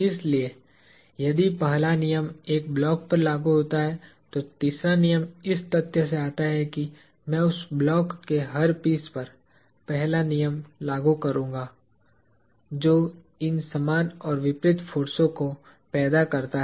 इसलिए यदि पहला नियम एक ब्लॉक पर लागू होता है तो तीसरा नियम इस तथ्य से आता है कि मैं उस ब्लॉक के हर पीस पर पहला नियम लागू करूंगा जो इन समान और विपरीत फोर्सों को पैदा करता है